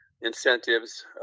incentives